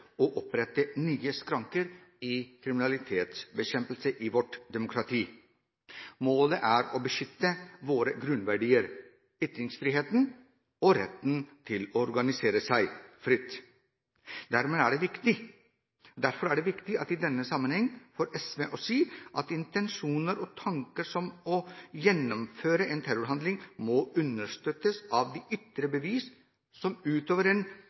og opprette nye skranker for kriminalitetsbekjempelse i vårt demokrati. Målet er å beskytte våre grunnverdier: ytringsfriheten og retten til å organisere seg fritt. Derfor er det i denne sammenheng viktig for SV å si at intensjoner og tanker om å gjennomføre en terrorhandling må understøttes av de ytre bevis, som utover enhver tvil må bevise at noen hadde til hensikt å gjennomføre en